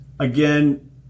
Again